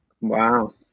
Wow